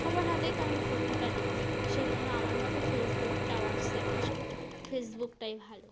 সবার হাতেই তো আমি ফোনটা দেখি সেজন্য আমার মতে ফেসবুকটা হোয়াটস অ্যাপ এসব ফেসবুকটাই ভালো